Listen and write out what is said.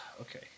okay